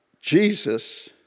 Jesus